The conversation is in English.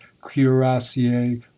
cuirassier